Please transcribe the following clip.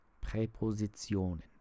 Präpositionen